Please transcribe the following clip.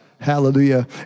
hallelujah